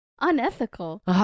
Unethical